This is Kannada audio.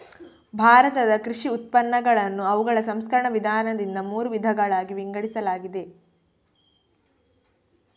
ಭಾರತದ ಕೃಷಿ ಉತ್ಪನ್ನಗಳನ್ನು ಅವುಗಳ ಸಂಸ್ಕರಣ ವಿಧಾನದಿಂದ ಮೂರು ವಿಧಗಳಾಗಿ ವಿಂಗಡಿಸಲಾಗಿದೆ